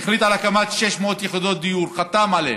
הוא החליט על הקמת 600 יחידות דיור, חתם עליהן,